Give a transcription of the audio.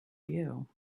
you